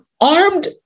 armed